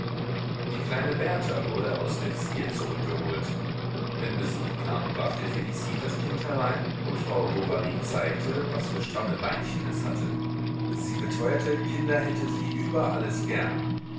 die kleine berta wurde aus der ziehe zurückgeholt wenn besuch kam brachte felicie das kind herein und frau bovary zeigte was für stramme beinchen es hatte sie beteuerte kinder hätte sie über alles gern